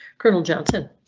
colonel johnson.